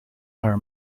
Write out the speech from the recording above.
her